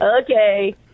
Okay